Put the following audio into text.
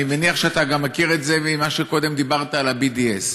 אני מניח שאתה גם מכיר את זה ממה שקודם דיברת על ה-BDS: